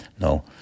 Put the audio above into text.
no